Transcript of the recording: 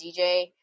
DJ